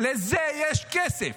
לזה יש כסף,